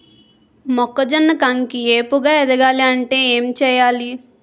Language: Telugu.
మొక్కజొన్న కంకి ఏపుగ ఎదగాలి అంటే ఏంటి చేయాలి?